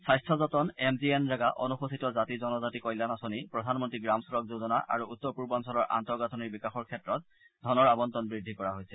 স্বাস্থ্য যতন M G NREGA অনুসূচিত জাতি জনজাতি কল্যাণ আঁচনি প্ৰধানমন্ত্ৰী গ্ৰাম চড়ক যোজনা আৰু উত্তৰপূৰ্বাঞ্চলৰ আন্তঃগাঁথনিৰ বিকাশৰ ক্ষেত্ৰত ধন আবণ্টন বৃদ্ধি কৰা হৈছে